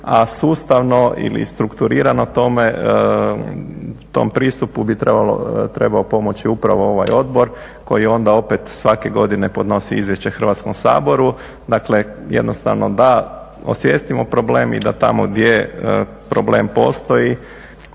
a sustavno ili strukturirano tom pristupu bi trebao pomoći upravo ovaj odbor koji onda opet svake godine podnosi izvješće Hrvatskom saboru. Dakle jednostavno da osvijestimo problem i da tamo gdje problem postoji